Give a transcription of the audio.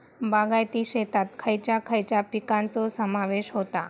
बागायती शेतात खयच्या खयच्या पिकांचो समावेश होता?